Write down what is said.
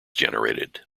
generated